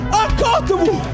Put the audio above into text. uncomfortable